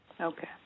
Okay